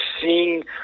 seeing